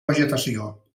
vegetació